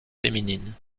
féminine